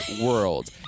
world